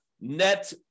net